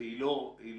והיא לא קוימה.